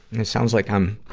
it sounds like i'm